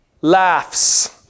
laughs